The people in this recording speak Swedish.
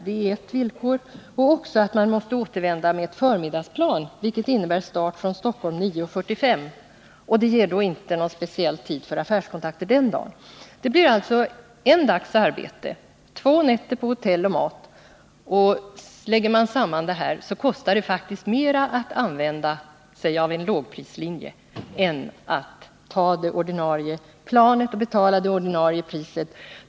Det är ett villkor, och också att man återvänder med ett förmiddagsplan, vilket innebär start från Stockholm kl. 67 9.45. Det ger inte någon speciell tid för affärskontakt den dagen. Det blir alltså en dags arbete, två nätter på hotell plus mat, och lägger man samman det här kostar det faktiskt mer att använda sig av en lågprislinje än att ta det ordinarie flyget och betala det ordinarie priset.